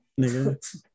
nigga